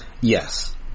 Yes